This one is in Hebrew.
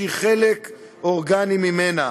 שהיא חלק אורגני ממנה.